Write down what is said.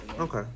okay